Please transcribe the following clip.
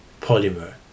polymer